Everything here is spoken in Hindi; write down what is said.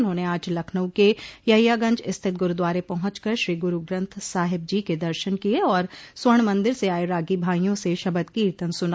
उन्होंने आज लखनऊ के यहियागंज स्थित गुरूद्वारे पहुंच कर श्री गुरू ग्रन्थ साहेब जी के दर्शन किये और स्वर्ण मन्दिर से आये रागी भाईयों से शबद कीर्तन सुना